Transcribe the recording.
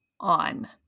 on